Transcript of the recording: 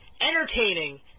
entertaining